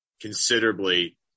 considerably